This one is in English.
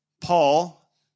Paul